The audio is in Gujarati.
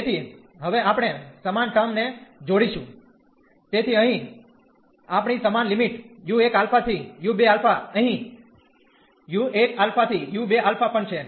તેથી હવે આપણે સમાન ટર્મ ને જોડીશું તેથી અહીં આપણી સમાન લિમિટ u1 α થી u2 α અહીં u1 α થી u2 α પણ છે